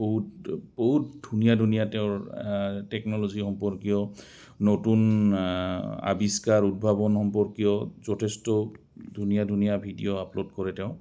বহুত বহুত ধুনীয়া ধুনীয়া তেওঁৰ টেকন'লজি সম্পৰ্কীয় নতুন আৱিষ্কাৰ উদ্ভাৱন সম্পৰ্কীয় যথেষ্ট ধুনীয়া ধুনীয়া ভিডিঅ' আপলোড কৰে তেওঁ